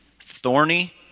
thorny